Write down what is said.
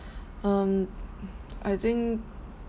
um I think